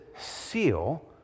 seal